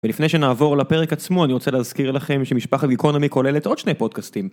ולפני שנעבור לפרק עצמו אני רוצה להזכיר לכם שמשפחת גיקונומי כוללת עוד שני פודקאסטים.